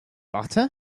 butter